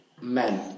men